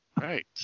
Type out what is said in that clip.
right